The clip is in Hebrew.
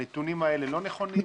הנתונים האלה לא נכונים?